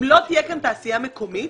אם לא תהיה כאן תעשייה מקומית,